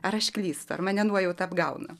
ar aš klystu ar mane nuojauta apgauna